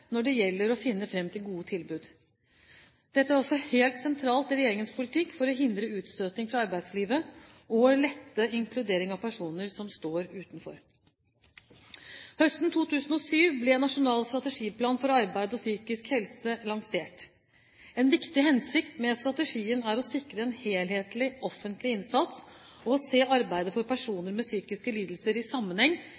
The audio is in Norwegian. når det gjelder å finne fram til gode tilbud. Dette er også helt sentralt i regjeringens politikk for å hindre utstøting fra arbeidslivet og lette inkludering av personer som står utenfor. Høsten 2007 ble Nasjonal strategiplan for arbeid og psykisk helse lansert. En viktig hensikt med strategien er å sikre en helhetlig offentlig innsats og se arbeidet for